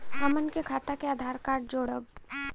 हमन के खाता मे आधार कार्ड जोड़ब?